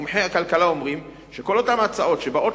מומחי הכלכלה אומרים שכל אותן ההצעות שבאות